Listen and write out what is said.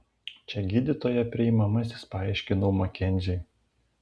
čia gydytojo priimamasis paaiškinau makenziui